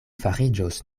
fariĝos